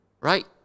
Right